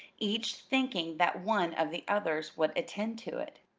each thinking that one of the others would attend to it.